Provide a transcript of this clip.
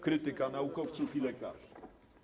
Krytyka naukowców i lekarzy”